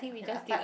okay lah but